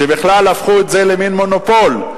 שבכלל הפכו את זה למין מונופול,